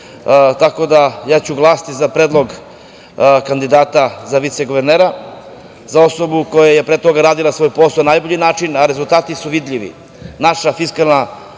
Tako da ću glasati za predlog kandidata za viceguvernera, za osobu koja je pre toga radila svoj posao na najbolji način, a rezultati su vidljivi. Naša